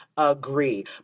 agree